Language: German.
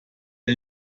der